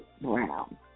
brown